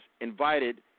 invited